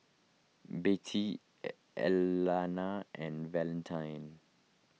Bettye Elana and Valentine